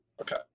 Okay